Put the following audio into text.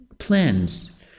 plans